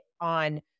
on